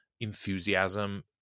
enthusiasm